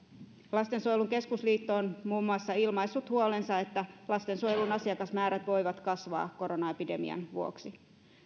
lastensuojelun keskusliitto on ilmaissut huolensa siitä että lastensuojelun asiakasmäärät voivat kasvaa koronaepidemian vuoksi